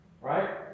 Right